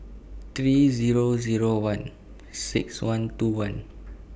three Zero Zero one six one two one